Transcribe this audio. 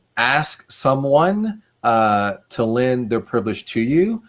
ask someone ah to lend their privilege to you.